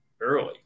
early